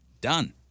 Done